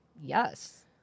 yes